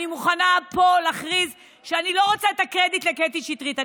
אני מוכנה פה להכריז שאני לא רוצה את הקרדיט לקטי שטרית,